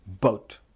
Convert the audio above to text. Boat